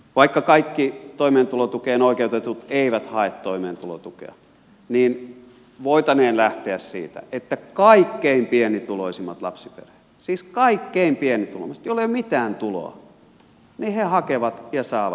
vaikka kaikki toimeentulotukeen oikeutetut eivät hae toimeentulotukea niin voitaneen lähteä siitä että kaikkein pienituloisimmat lapsiperheet siis kaikkein pienituloisimmat joilla ei ole mitään tuloa hakevat ja saavat toimeentulotukea